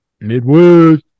Midwest